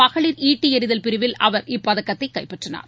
மகளிர் ஈட்டி எறிதல் பிரிவில் அவர் இப்பதக்கத்தை கைப்பற்றினார்